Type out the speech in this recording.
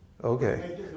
Okay